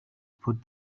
put